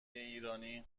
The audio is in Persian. ایرانی